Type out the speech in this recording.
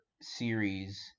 series